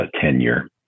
tenure